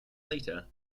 later